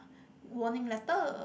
warning letter